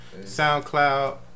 SoundCloud